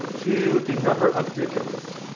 to the number of digits.